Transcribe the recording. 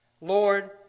Lord